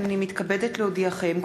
הנני מתכבד להודיעכם,